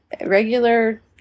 regular